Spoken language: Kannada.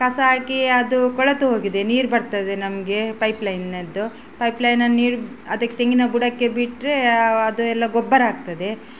ಕಸ ಹಾಕಿ ಅದು ಕೊಳೆತು ಹೋಗಿದೆ ನೀರು ಬರ್ತದೆ ನಮಗೆ ಪೈಪ್ ಲೈನ್ನದ್ದು ಪೈಪ್ ಲೈನನ್ನ ನೀರು ಅದಕ್ಕೆ ತೆಂಗಿನ ಬುಡಕ್ಕೆ ಬಿಟ್ಟರೆ ಅದು ಎಲ್ಲ ಗೊಬ್ಬರ ಆಗ್ತದೆ